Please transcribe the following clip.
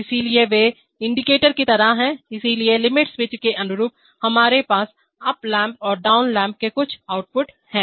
इसलिए वे संकेतक इंडिकेटर की तरह हैं इसलिए लिमिट स्विच के अनुरूप हमारे पास अप लैंप और डाउन लैंप के कुछ आउटपुट हैं